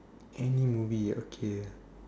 any movie okay